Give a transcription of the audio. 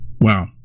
Wow